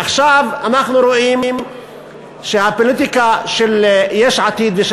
עכשיו אנחנו רואים שהפוליטיקה של יש עתיד ושל